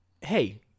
hey